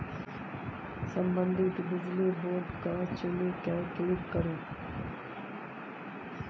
संबंधित बिजली बोर्ड केँ चुनि कए क्लिक करु